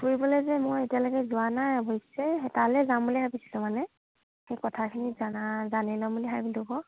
ফুৰিবলৈ যে মই এতিয়ালৈকে যোৱা নাই অৱশ্যে সেই তালৈ যাম বুলি ভাবিছোঁ তাৰমানে সেই কথাখিনি জনা জানি ল'ম বুলি ভাবিলোঁ আকৌ